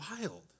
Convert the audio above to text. wild